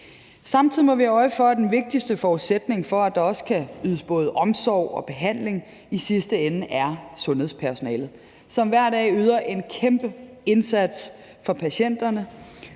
Samtidig må vi have øje for, at den vigtigste forudsætning for, at der også kan ydes både omsorg og behandling, i sidste ende er sundhedspersonalet, som hver dag yder en kæmpe indsats for patienterne